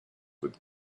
with